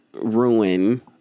ruin